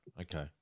okay